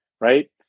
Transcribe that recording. right